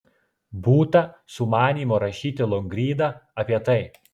būta sumanymo rašyti longrydą apie tai